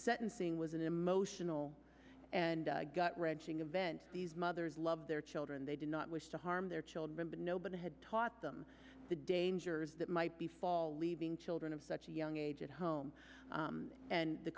sentencing was an emotional and gut wrenching event these mud love their children they did not wish to harm their children but nobody had taught them the dangers that might be fall leaving children of such a young age at home and the